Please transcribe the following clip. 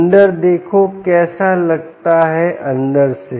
अंदर देखो कैसा लगता है अंदर से